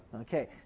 Okay